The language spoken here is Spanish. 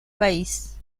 país